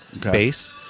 base